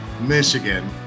Michigan